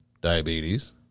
diabetes